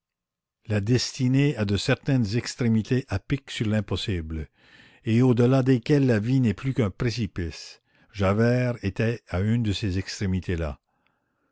la destinée a de certaines extrémités à pic sur l'impossible et au delà desquelles la vie n'est plus qu'un précipice javert était à une de ces extrémités là